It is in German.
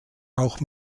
auch